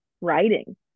writing